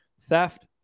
theft